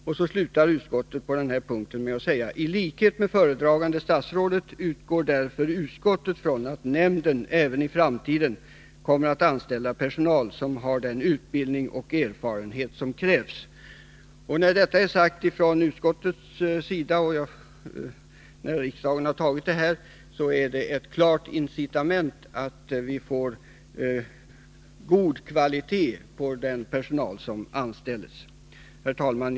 Utskottet slutar på den här punkten med att säga: ”I likhet med föredragande statsrådet utgår därför utskottet från att nämnden även i framtiden kommer att anställa personal som har den utbildning och erfarenhet som krävs.” Detta har sagts från utskottets sida, och när riksdagen har antagit förslaget är detta ett klart incitament på att den personal som anställs skall ha god utbildning. Herr talman!